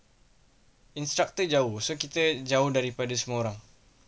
instructor jauh so kita jauh daripada semua orang